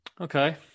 Okay